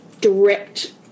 direct